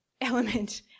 element